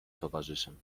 towarzyszem